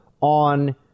on